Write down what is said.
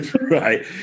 right